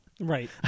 Right